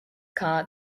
car